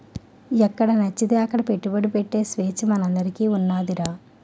ఎక్కడనచ్చితే అక్కడ పెట్టుబడి ఎట్టే సేచ్చ మనందరికీ ఉన్నాదిరా